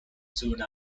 soon